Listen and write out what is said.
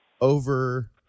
over